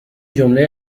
جمله